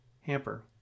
Hamper